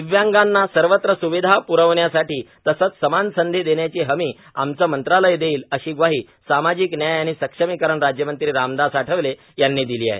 दिव्यांगांना सर्वत्र सुविधा प्रवण्यासाठी तसंच समान संधी देण्याची हमी आमचं मंत्रालय देईल अशी ग्वाही सामाजिक न्याय आणि सक्षमीकरण राज्यमंत्री रामदास आठवले यांनी दिली आहे